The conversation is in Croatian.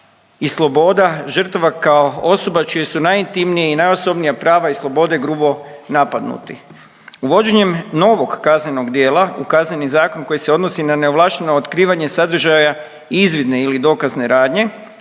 i sloboda žrtava kao osoba čija su najintimnija i najosobnija prava i slobode grubo napadnuti. Uvođenjem novog kaznenog djela u Kazneni zakon koji se odnosi na neovlašteno otkrivanje sadržaja izvidne ili dokazne radnje